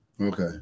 Okay